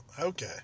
okay